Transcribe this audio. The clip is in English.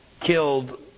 killed